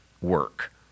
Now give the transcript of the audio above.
work